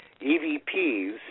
EVPs